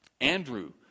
Andrew